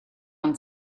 und